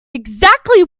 exactly